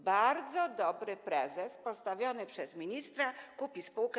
Bardzo dobry prezes, postawiony przez ministra, kupi spółkę.